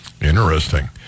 Interesting